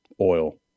oil